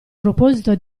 proposito